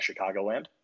Chicagoland